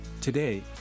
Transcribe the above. today